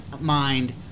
mind